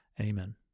Amen